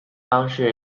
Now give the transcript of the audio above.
方式